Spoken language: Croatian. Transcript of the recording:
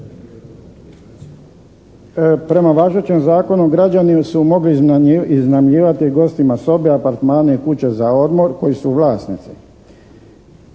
Prema važećem zakonu građani su mogli iznajmljivati gostima sobe, apartmane i kuće za odmor kojih su vlasnici.